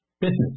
business